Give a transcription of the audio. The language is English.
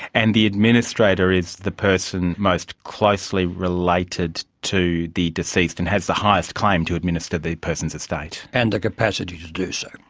and the administrator is the person most closely related to the deceased and has the highest claim to administer the person's estate. and the capacity to do so.